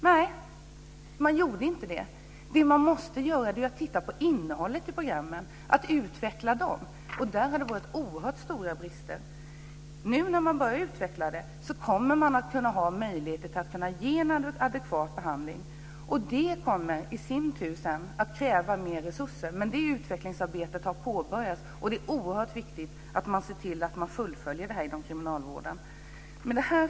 Nej, det gjorde man inte. Det som man måste göra är att se på innehållet i programmen och utveckla det, för där har bristerna varit oerhört stora. När man nu börjar att utveckla innehållet kommer det att finnas möjlighet att ge en adekvat behandling, vilket i sin tur kräver mer resurser. Men det utvecklingsarbetet har påbörjats och det är oerhört viktigt att man fullföljer detta inom kriminalvården. Fru talman!